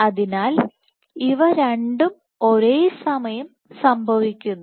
അതിനാൽ ഇവ രണ്ടും ഒരേ സമയം സംഭവിക്കുന്നു